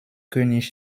könig